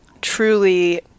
truly